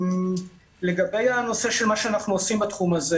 לשאלה מה אנחנו עושים בתחום הזה